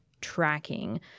tracking